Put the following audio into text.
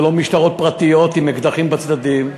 זה לא משטרות פרטיות עם אקדחים בצדדים.